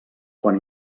quan